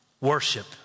Worship